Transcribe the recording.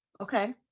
Okay